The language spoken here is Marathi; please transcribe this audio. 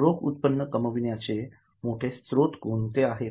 रोख उत्पन्न कमाविण्याचे मोठे स्रोत कोणते आहेत